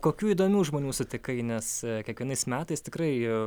kokių įdomių žmonių sutikai nes kiekvienais metais tikrai